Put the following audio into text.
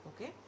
Okay